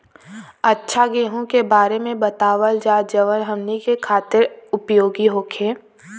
अच्छा गेहूँ के बारे में बतावल जाजवन हमनी ख़ातिर उपयोगी होखे?